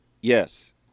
Yes